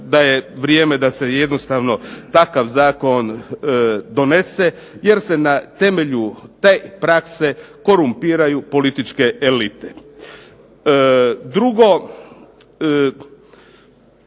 da je vrijeme da se jednostavno takav zakon donese jer se na temelju te prakse korumpiraju političke elite. Drugo,